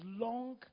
long